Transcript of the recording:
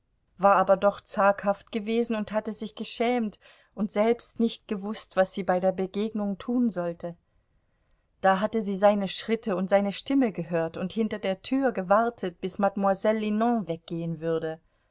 war aber doch zaghaft gewesen und hatte sich geschämt und selbst nicht gewußt was sie bei der begegnung tun sollte da hatte sie seine schritte und seine stimme gehört und hinter der tür gewartet bis mademoiselle linon weggehen würde